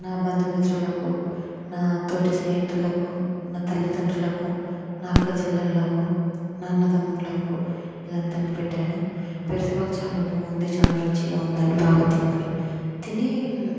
నా బంధుమిత్రులకు నా తోటి స్నేహితులకు నా తల్లితండ్రులకు నా అక్కచెల్లెళ్లకు నా అన్నదమ్ముళ్లకు ఇలా అందరికి పెట్టాను పెడితే వాళ్ళు చాలా బాగుంది చాలా రుచిగా ఉందని బాగా తిన్నారు తిని